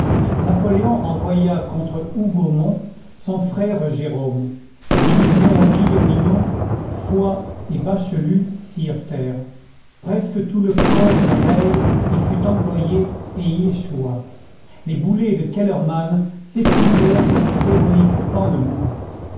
napoléon envoya contre hougomont son frère jérôme les divisions guilleminot foy et bachelu s'y heurtèrent presque tout le corps de reille y fut employé et y échoua les boulets de kellermann s'épuisèrent sur cet héroïque pan de mur